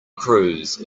cruise